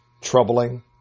troubling